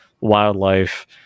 wildlife